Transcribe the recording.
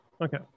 Okay